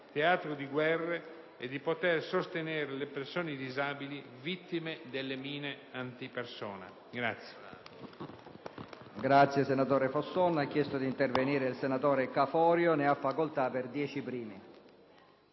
teatro di guerre e di poter sostenere le persone disabili, vittime delle mine antipersona.